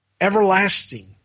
everlasting